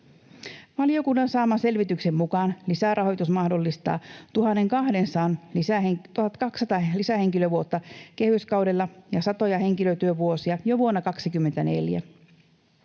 Valiokunnan saaman selvityksen mukaan lisärahoitus mahdollistaa 1 200 lisähenkilötyövuotta kehyskaudella ja satoja henkilötyövuosia jo vuonna 24.